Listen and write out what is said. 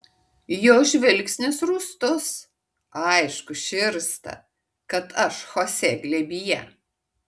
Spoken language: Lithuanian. jo žvilgsnis rūstus aišku širsta kad aš chosė glėbyje